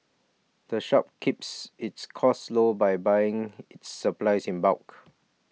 the shop keeps its costs low by buying its supplies in bulk